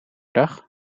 dag